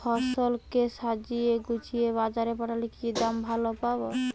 ফসল কে সাজিয়ে গুছিয়ে বাজারে পাঠালে কি দাম ভালো পাব?